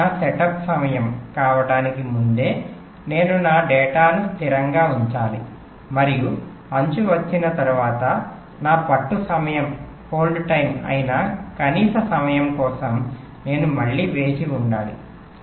ఇది నా సెటప్ సమయం కావడానికి ముందే నేను నా డేటాను స్థిరంగా ఉంచాలి మరియు అంచు వచ్చిన తర్వాత నా పట్టు సమయం అయిన కనీస సమయం కోసం నేను మళ్ళీ వేచి ఉండాలి